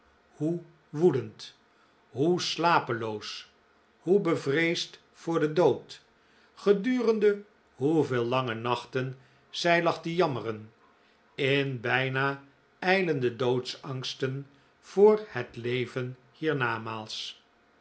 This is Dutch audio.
hoe woedend hoe slapeloos hoe bevreesd voor den dood gedurende hoeveel lange nachten zij lag te jammeren in bijna ijlende doodsangsten voor het leven hiernamaals